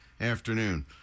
afternoon